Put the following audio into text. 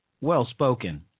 Well-spoken